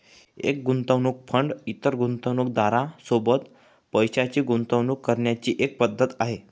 एक गुंतवणूक फंड इतर गुंतवणूकदारां सोबत पैशाची गुंतवणूक करण्याची एक पद्धत आहे